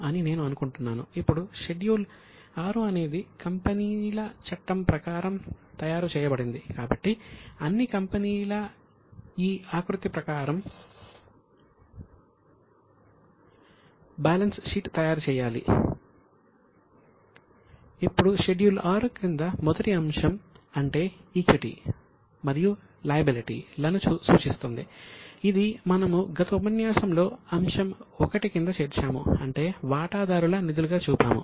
అది మనము గత ఉపన్యాసంలో అంశం 1 కింద చర్చించాము అంటే వాటాదారుల నిధులుగా చూసాము